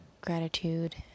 gratitude